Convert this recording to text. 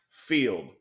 Field